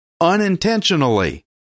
unintentionally